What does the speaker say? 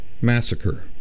massacre